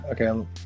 okay